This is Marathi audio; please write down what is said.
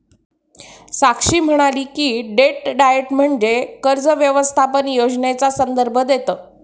साक्षी म्हणाली की, डेट डाएट म्हणजे कर्ज व्यवस्थापन योजनेचा संदर्भ देतं